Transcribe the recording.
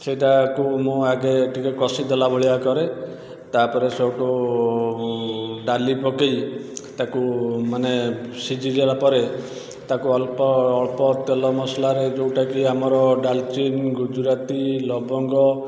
ସେଇଟାକୁ ମୁଁ ଆଗେ ଟିକିଏ କଷି ଦେଲା ଭଳିଆ କରେ ତା'ପରେ ସେଇଠୁ ଡାଲି ପକେଇ ତା'କୁ ମାନେ ସିଝିଗଲା ପରେ ତାକୁ ଅଳ୍ପ ଅଳ୍ପ ତେଲ ମସଲାରେ ଯେଉଁଟାକି ଆମର ଡାଲଚିନ୍ ଗୁଜୁରାତି ଲବଙ୍ଗ